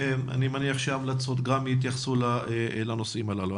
אני מניח שההמלצות יתייחסו גם לנושאים הללו.